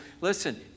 Listen